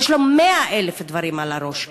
יש לו מאה אלף דברים על הראש.